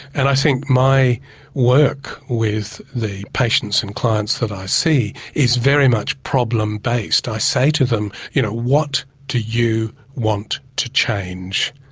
and i think my work with the patients and clients that i see is very much problem based. i say to them, you know, what do you want to change,